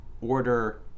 order